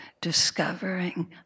discovering